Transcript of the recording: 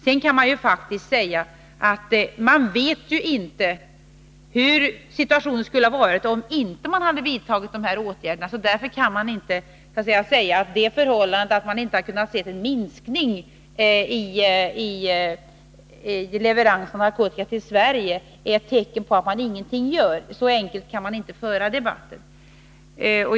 Sedan kan man också säga att vi faktiskt inte vet hur situationen skulle ha varit, om man inte hade vidtagit dessa åtgärder. Därför kan man inte påstå att det förhållandet att man inte har kunnat se någon minskning i leveranserna av narkotika till Sverige är ett tecken på att ingenting görs — så enkelt kan man inte föra debatten.